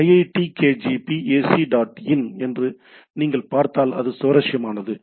iitkgp ac dot in என்று நீங்கள் பார்த்தால் அது சுவாரஸ்யமானது